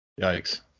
Yikes